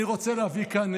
אני רוצה להביא כאן,